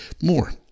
more